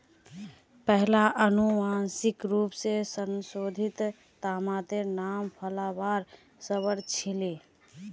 पहिला अनुवांशिक रूप स संशोधित तमातेर नाम फ्लावर सवर छीले